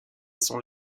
sont